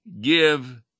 give